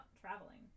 traveling